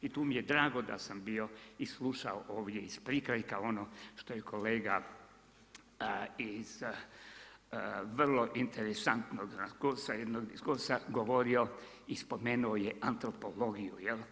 I tu mi je drago da sam bio i slušao ovdje iz prikrajka ono što je kolega iz vrlo interesantnog jednog diskursa govorio i spomenuo je antropologiju.